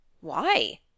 Why